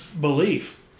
belief